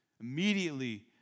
Immediately